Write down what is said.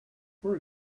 for